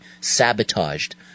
sabotaged